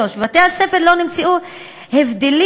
3. בבתי-הספר לא נמצאו הבדלים